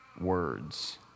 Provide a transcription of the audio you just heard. Words